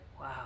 Wow